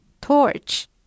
Torch